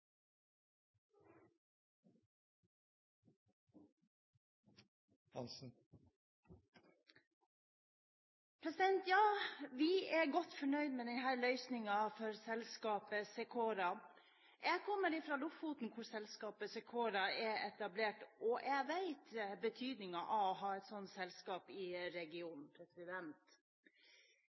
omme. Ja, vi er godt fornøyd med denne løsningen for selskapet Secora. Jeg kommer fra Lofoten hvor selskapet Secora er etablert, og jeg vet betydningen av å ha et sånt selskap i regionen.